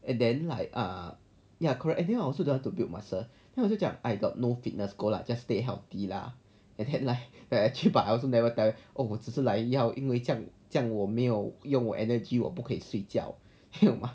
and then like err ya correct and then I also don't want to build muscle then 我就讲 I got no fitness goal lah just stay healthy lah and like that actually but I also never tell oh 我只是来要要这样这样我没有用够 energy 我不可以睡觉吗